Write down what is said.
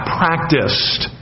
practiced